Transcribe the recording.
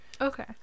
Okay